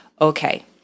okay